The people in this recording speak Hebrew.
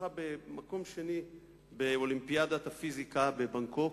שזכה במקום השני באולימפיאדת הפיזיקה בבנגקוק.